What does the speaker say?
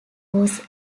was